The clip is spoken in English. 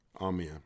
amen